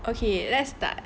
okay let's start